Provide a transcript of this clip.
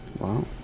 wow